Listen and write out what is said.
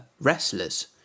wrestlers